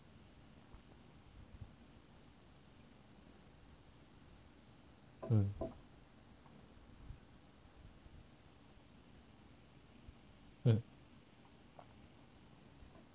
嗯嗯